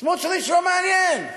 סמוטריץ לא מעניין,